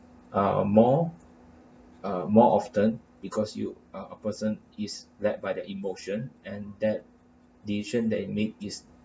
uh more uh more often because you are a person is led by the emotion and that decision that you make is